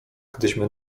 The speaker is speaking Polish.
gdyśmy